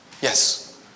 Yes